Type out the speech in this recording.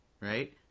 Right